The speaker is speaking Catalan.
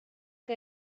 que